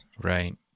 Right